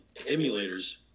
emulators